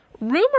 Rumor